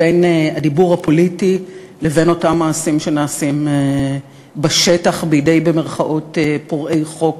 בין הדיבור הפוליטי לבין אותם מעשים שנעשים בשטח בידי "פורעי חוק",